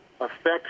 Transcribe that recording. affects